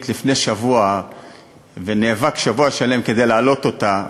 לפני שבוע ונאבק שבוע שלם כדי להעלות אותה,